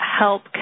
help